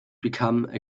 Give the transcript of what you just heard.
become